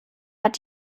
hat